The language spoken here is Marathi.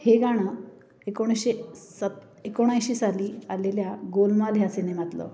हे गाणं एकोणीसशे सत् एकोणऐंशी साली आलेल्या गोलमाल ह्या सिनेमातलं